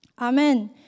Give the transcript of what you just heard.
Amen